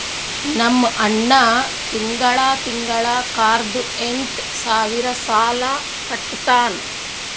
ನಮ್ ಅಣ್ಣಾ ತಿಂಗಳಾ ತಿಂಗಳಾ ಕಾರ್ದು ಎಂಟ್ ಸಾವಿರ್ ಸಾಲಾ ಕಟ್ಟತ್ತಾನ್